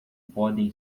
podem